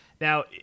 Now